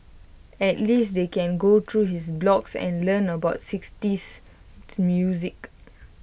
at least they can go through his blogs and learn about sixties music